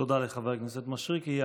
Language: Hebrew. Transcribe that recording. תודה לחבר הכנסת מישרקי.